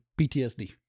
PTSD